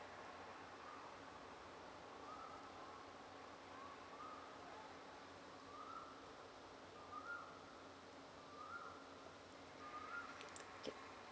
okay